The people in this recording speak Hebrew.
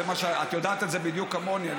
את יודעת את זה בדיוק כמוני.